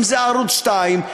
אם ערוץ 2,